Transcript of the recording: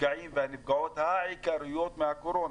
אתם הנפגעים והנפגעות העיקריים מהקורונה.